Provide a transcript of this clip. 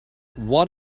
what